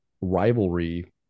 rivalry